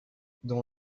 dans